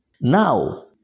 Now